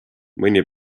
mõni